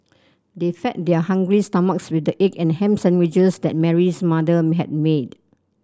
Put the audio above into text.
they fed their hungry stomachs with the egg and ham sandwiches that Mary's mother had made